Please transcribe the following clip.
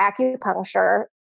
acupuncture